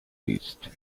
reached